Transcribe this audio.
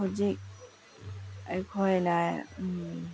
ꯍꯧꯖꯤꯛ ꯑꯩꯈꯣꯏꯅ